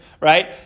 right